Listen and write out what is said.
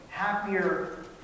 Happier